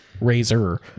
Razor